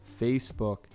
Facebook